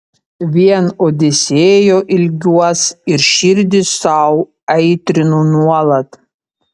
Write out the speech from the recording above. vien odisėjo ilgiuos ir širdį sau aitrinu nuolat